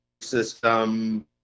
system